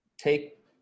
Take